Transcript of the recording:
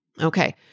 Okay